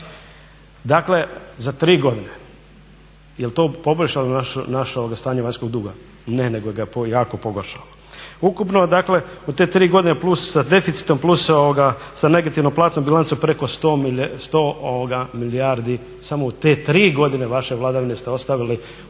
dakle za tri godine. Jel' to poboljšalo naše stanje vanjskog duga? Ne, nego ga je jako pogoršalo. Ukupno dakle u te tri godine plus sa deficitom, plus sa negativnom platnom bilancom preko 100 milijardi samo u te tri godine vaše vladavine ste ostavili u